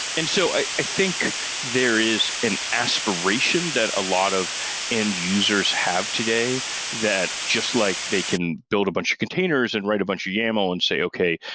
and so i think there is an aspiration that a lot of end-users have today that just like they can build a bunch containers and write a bunch of yaml and say, okay,